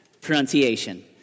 Pronunciation